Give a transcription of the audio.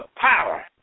power